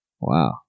Wow